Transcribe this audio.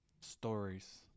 stories